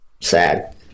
Sad